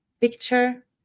picture